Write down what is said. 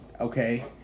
Okay